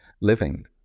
living